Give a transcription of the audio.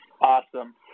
Awesome